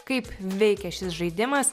kaip veikia šis žaidimas